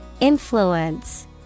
Influence